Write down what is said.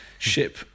ship